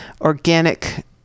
organic